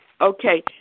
Okay